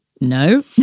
no